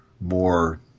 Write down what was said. more